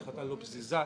היא החלטה לא פזיזה.